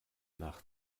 nach